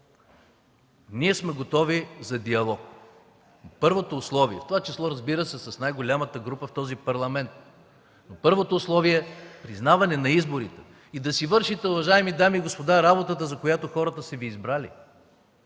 Ние сме готови за диалог, в това число, разбира се, с най-голямата група в този Парламент. Първото условие е признаване на изборите и да си вършите, уважаеми дами и господа, работата, за която хората са Ви избрали.